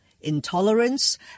intolerance